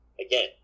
again